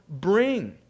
bring